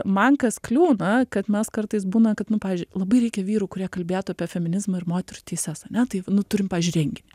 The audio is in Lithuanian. man kas kliūna kad mes kartais būna kad nu pavyzdžiui labai reikia vyrų kurie kalbėtų apie feminizmą ir moterų teises ane tai nu turim pavyzdžiui renginį